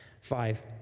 Five